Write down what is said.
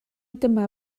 dyma